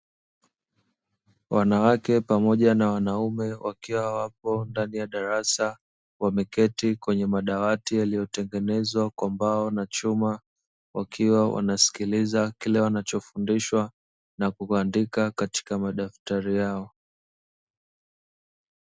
Wanawake pamoja na wanaume wakiwa wapo ndani ya darasa wameketi kwenye madawati, yaliyotengenezwa kwa mbao na chuma, wakiwa wanasikiliza kile wanachofundishwa na kuandika katika madaftari yao.